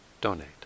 donate